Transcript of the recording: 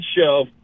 show